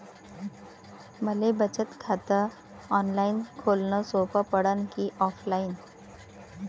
मले बचत खात ऑनलाईन खोलन सोपं पडन की ऑफलाईन?